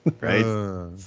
Right